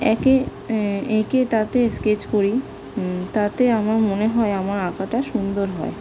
একে এঁকে তাতে স্কেচ করি তাতে আমার মনে হয় আমার আঁকাটা সুন্দর হয়